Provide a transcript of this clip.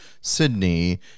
Sydney